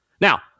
Now